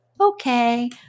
Okay